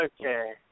okay